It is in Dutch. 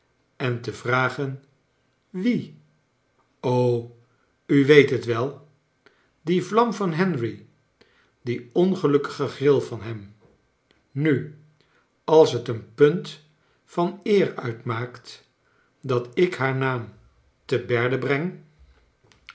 en te vragen wie u weet het well die vlam van henry die ongelukkige gril van hem nu als het een punt van eer uitmaakt dat ik haar naam te berde breng